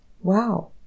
Wow